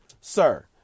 sir